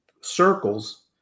circles